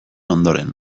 ondoren